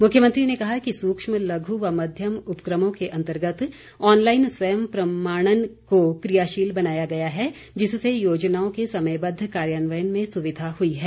मुख्यमंत्री ने कहा कि सूक्ष्म लघु व मध्यम उपक्रमों के अंतर्गत ऑनलाईन स्वयं प्रमाणन को कियाशील बनाया गया है जिससे योजनाओं के समयबद्ध कार्यान्वयन में सुविधा हुई है